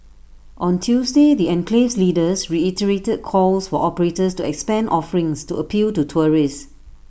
on Tuesday the enclave's leaders reiterated calls for operators to expand offerings to appeal to tourists